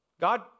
God